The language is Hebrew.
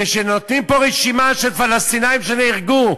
כשנותנים פה רשימה של פלסטינים שנהרגו,